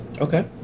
Okay